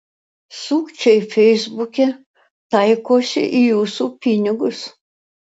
sukčiai feisbuke taikosi į jūsų pinigus